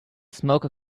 smoker